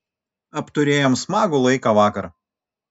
apturėjom smagų laiką vakar